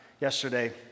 yesterday